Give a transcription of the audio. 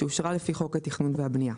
שאושרה לפי חוק התכנון והבנייה,